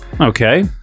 okay